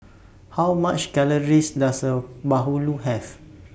How much Calories Does A Bahulu Have